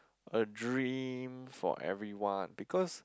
a dream for everyone because